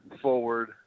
forward